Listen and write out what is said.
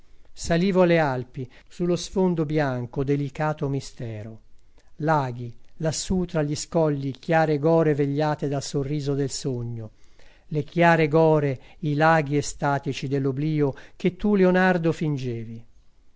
salivo alle alpi sullo sfondo bianco delicato mistero laghi lassù tra gli scogli chiare gore vegliate dal sorriso del sogno le chiare gore i laghi estatici dell'oblio che tu leonardo fingevi